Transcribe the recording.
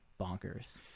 bonkers